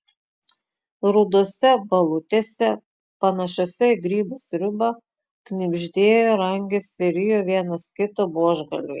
rudose balutėse panašiose į grybų sriubą knibždėjo rangėsi ir rijo vienas kitą buožgalviai